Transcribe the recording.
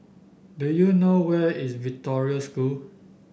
do you know where is Victoria School